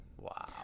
Wow